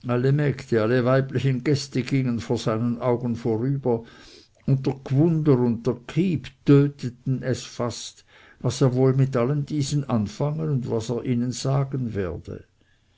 alle weiblichen gäste gingen vor seinen augen vorüber und der gwunder und der kyb töteten es fast was er wohl mit allen diesen anfangen und was er ihnen sagen werde